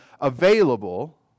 available